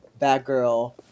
Batgirl